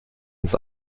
ins